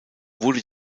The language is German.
wurde